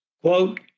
quote